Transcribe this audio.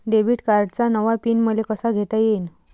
Debit कार्डचा नवा PIN मले कसा घेता येईन?